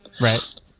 Right